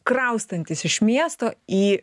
kraustantis iš miesto į